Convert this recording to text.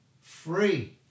Free